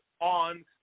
on